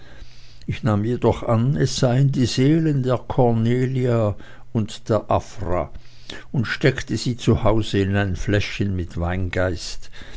ich nahm jedoch an es seien die seelen der cornelia und der afra und steckte sie zu hause in ein fläschlein mit weingeist